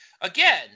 again